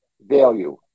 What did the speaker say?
value